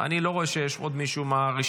אני לא רואה שיש עוד מישהו מהרשימה,